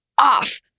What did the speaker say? off